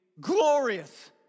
glorious